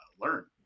learn